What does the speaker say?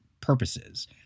purposes